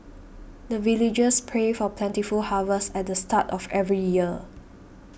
the villagers pray for plentiful harvest at the start of every year